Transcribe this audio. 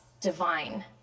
divine